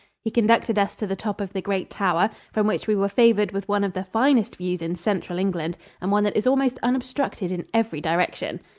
he conducted us to the top of the great tower, from which we were favored with one of the finest views in central england and one that is almost unobstructed in every direction.